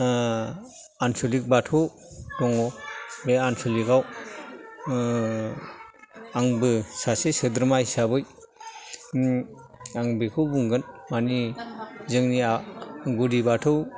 आनस'लिक बाथौ दङ बे आनस'लिकआव आंबो सासे सोद्रोमा हिसाबै आं माने बेखौ बुंगोन माने जोंनि गुदि बाथौ